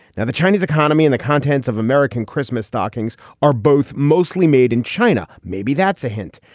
now, the chinese economy and the contents of american christmas stockings are both mostly made in china. maybe that's a hint.